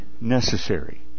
necessary